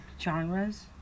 genres